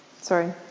Sorry